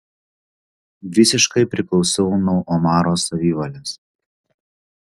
visiškai priklausiau nuo omaro savivalės